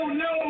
no